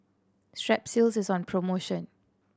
Strepsils is on promotion